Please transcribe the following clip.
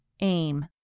AIM